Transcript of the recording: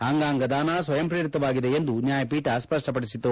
ಅಂಗಾಂಗ ದಾನ ಸ್ವಯಂಪ್ರೇರಿತವಾಗಿದೆ ಎಂದು ನ್ಯಾಯಪೀಠ ಸ್ವಷ್ಷಪಡಿಸಿತು